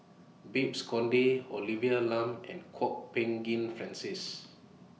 Babes Conde Olivia Lum and Kwok Peng Kin Francis